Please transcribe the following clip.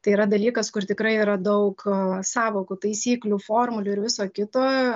tai yra dalykas kur tikrai yra daug sąvokų taisyklių formulių ir viso kito